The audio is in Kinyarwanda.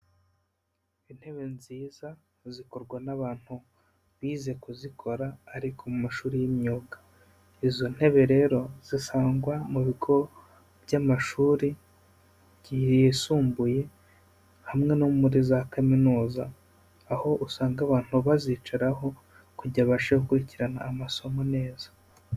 Intebe nziza zikorwa n'abantu bize kuzikora ariko mu mashuri y'imyuga. Izo ntebe rero zisangwa mu bigo by'amashuri yisumbuye hamwe no muri za kaminuza. Aho usanga abantu bazicaraho kugira ngo babashe gukurikirana amasomo neza.